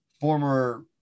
former